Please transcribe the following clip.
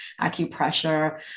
acupressure